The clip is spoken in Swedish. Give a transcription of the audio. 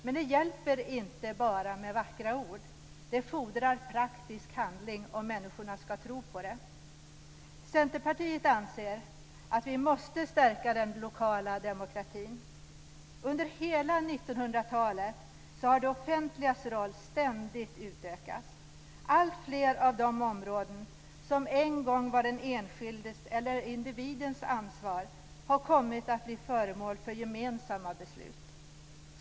Men det hjälper inte med bara vackra ord, det fordras praktisk handling om människorna ska tro på det. Centerpartiet anser att vi måste stärka den lokala demokratin. Under hela 1900-talet har det offentligas roll ständigt utökats. Alltfler av de områden som en gång var individens ansvar har kommit att bli föremål för gemensamma beslut.